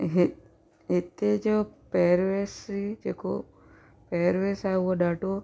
हि हिते जो पैरवेसी जेको पैरवेस आहे उहो ॾाढो